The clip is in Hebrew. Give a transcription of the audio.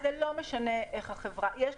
אז לא משנה איך החברה מגדירה את הטיסה.